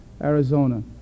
Arizona